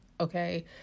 okay